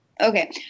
Okay